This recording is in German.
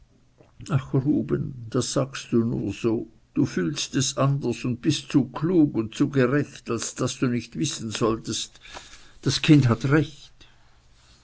das sagst du nur so du fühlst es anders und bist zu klug und zu gerecht als daß du nicht wissen solltest das kind hat recht